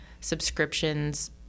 subscriptions